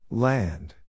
Land